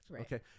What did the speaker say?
Okay